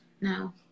No